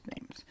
names